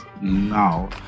now